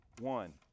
one